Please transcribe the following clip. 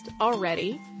already